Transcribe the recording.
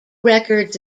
records